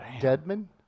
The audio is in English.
Deadman